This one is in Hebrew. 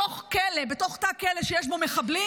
בתוך כלא, בתוך תא כלא שיש בו מחבלים.